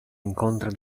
incontri